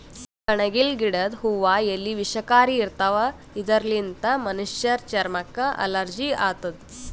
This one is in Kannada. ಕಣಗಿಲ್ ಗಿಡದ್ ಹೂವಾ ಎಲಿ ವಿಷಕಾರಿ ಇರ್ತವ್ ಇದರ್ಲಿನ್ತ್ ಮನಶ್ಶರ್ ಚರಮಕ್ಕ್ ಅಲರ್ಜಿ ಆತದ್